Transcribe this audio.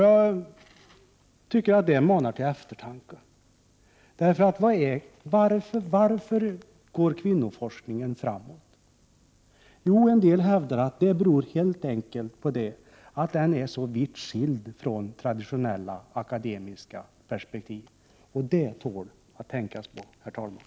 Jag tycker att det manar till eftertanke. Varför går kvinnoforskningen framåt? En del hävdar 103 att det helt enkelt beror på att den är så vitt skild från traditionella akademiska perspektiv, och det tål att tänka på, herr talman.